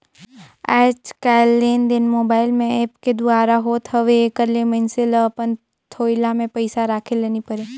आएज काएललेनदेन मोबाईल में ऐप के दुवारा होत हवे एकर ले मइनसे ल अपन थोइला में पइसा राखे ले नी परे